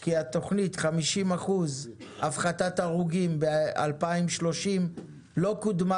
כי התוכנית 50% הפחתת הרוגים ב-2030 לא קודמה